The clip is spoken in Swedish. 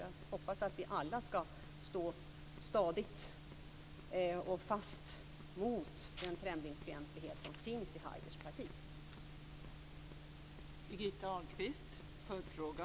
Jag hoppas att vi alla ska stå stadigt och fast mot den främlingsfientlighet som finns i Haiders parti.